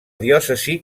diòcesi